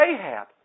Ahab